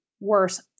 worse